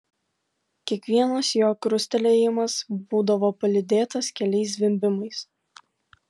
kiekvienas jo krustelėjimas būdavo palydėtas keliais zvimbimais